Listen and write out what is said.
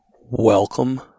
Welcome